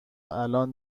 الان